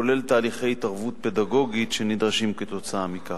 כולל תהליכי התערבות פדגוגית שנדרשים כתוצאה מכך.